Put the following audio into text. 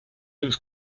looks